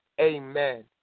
amen